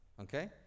Okay